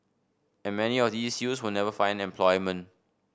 and many of these youth will never find employment